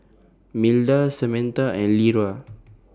Milda Samatha and Lera